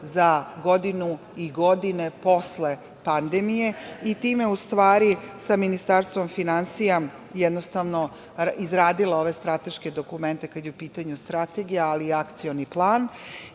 za godinu i godine posle pandemije i time u stvari sa Ministarstvom finansija izradila ove strateške dokumente, kada je u pitanju Strategija, ali i Akcioni plan. Važno